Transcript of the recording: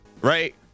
right